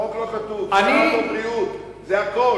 בחוק לא כתוב, צריך מיקרופון, השני צריך טלוויזיה.